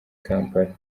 kampala